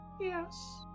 Yes